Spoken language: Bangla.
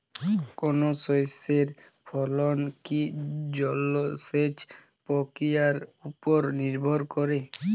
কোনো শস্যের ফলন কি জলসেচ প্রক্রিয়ার ওপর নির্ভর করে?